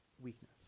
weakness